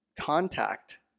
contact